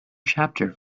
chapter